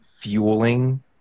fueling